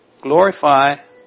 glorify